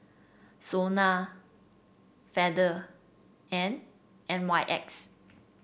Sona Feather and N Y X